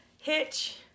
Hitch